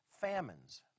famines